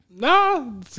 No